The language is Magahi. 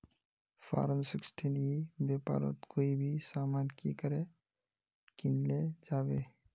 फारम सिक्सटीन ई व्यापारोत कोई भी सामान की करे किनले जाबे?